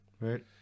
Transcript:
Right